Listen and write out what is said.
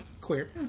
queer